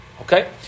Okay